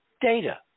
data